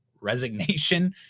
resignation